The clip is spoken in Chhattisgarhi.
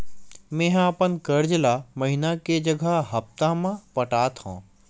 मेंहा अपन कर्जा ला महीना के जगह हप्ता मा पटात हव